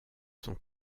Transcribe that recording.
sont